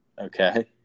Okay